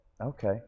Okay